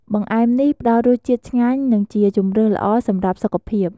បង្អែមនេះផ្តល់រសជាតិឆ្ងាញ់ និងជាជម្រើសល្អសម្រាប់សុខភាព។